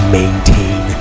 maintain